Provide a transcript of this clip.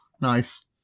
Nice